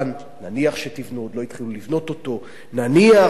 נניח שתבנו,